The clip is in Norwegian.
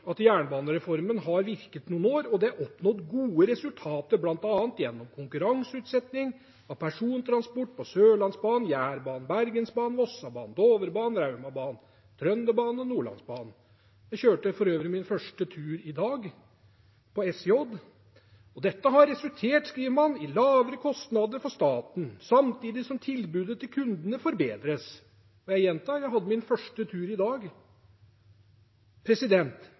har nå virket noen år, og det er oppnådd gode resultater blant annet gjennom konkurranseutsetting av persontogtransport på Sørlandsbanen, Jærbanen, Bergensbanen, Vossabanen, Dovrebanen, Raumabanen, Trønderbanen og Nordlandsbanen.» Jeg kjørte for øvrig min første tur i dag med SJ. De skriver videre: «Dette har resultert i lavere kostnader for staten, samtidig som tilbudet til kundene forbedres.» Jeg gjentar: Jeg hadde min første tur i dag.